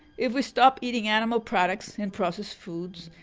if we stop eating animal products and processed foods,